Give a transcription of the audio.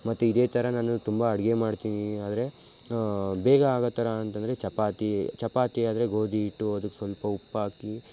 ಮತ್ತು ಇದೇ ಥರ ನಾನು ತುಂಬ ಅಡುಗೆ ಮಾಡ್ತೀನಿ ಆದರೆ ಬೇಗ ಆಗೋ ಥರ ಅಂತಂದರೆ ಚಪಾತಿ ಚಪಾತಿ ಆದರೆ ಗೋಧಿ ಹಿಟ್ಟು ಅದಕ್ಕೆ ಸ್ವಲ್ಪ ಉಪ್ಪು ಹಾಕಿ